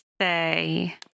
say